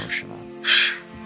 emotional